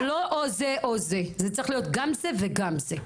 זה לא או זה או זה; זה צריך להיות גם זה וגם זה.